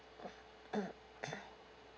mm